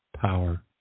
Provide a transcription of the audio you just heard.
power